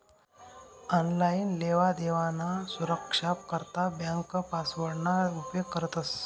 online लेवादेवाना सुरक्सा करता ब्यांक पासवर्डना उपेग करतंस